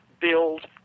build